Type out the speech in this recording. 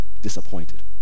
disappointed